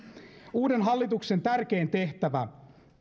uuden hallituksen tärkein tehtävä